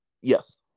Yes